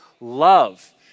love